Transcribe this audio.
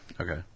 Okay